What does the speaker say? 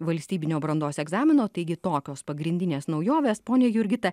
valstybinio brandos egzamino taigi tokios pagrindinės naujovės ponia jurgita